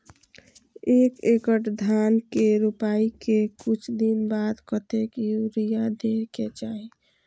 एक एकड़ धान के रोपाई के कुछ दिन बाद कतेक यूरिया दे के चाही?